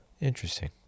interesting